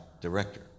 director